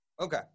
Okay